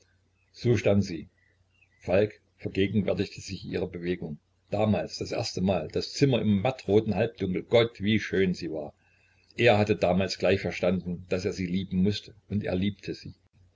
so stand sie falk vergegenwärtigte sich ihre bewegung damals das erste mal das zimmer im mattroten halbdunkel gott wie schön sie war er hatte damals gleich verstanden daß er sie lieben mußte und er liebte sie